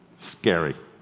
scary.